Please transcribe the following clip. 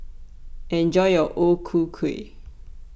enjoy your O Ku Kueh